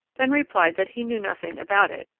then replied that he knew nothing about it,